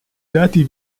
dati